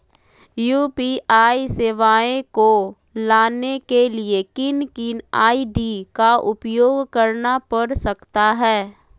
UPI सेवाएं को लाने के लिए किन किन आई.डी का उपयोग करना पड़ सकता है?